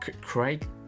Craig